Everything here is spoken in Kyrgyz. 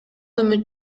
үмүт